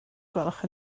gwelwch